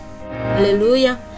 hallelujah